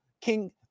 King